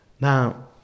Now